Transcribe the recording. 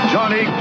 Johnny